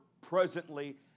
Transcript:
presently